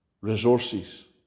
resources